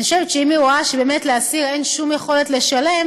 ואני חושבת שאם היא רואה שבאמת לאסיר אין שום יכולת לשלם,